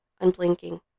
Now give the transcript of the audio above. Unblinking